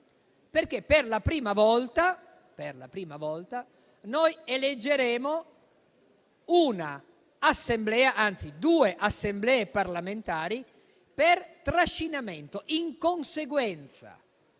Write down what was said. Per la prima volta infatti noi eleggeremo due Assemblee parlamentari per trascinamento, in conseguenza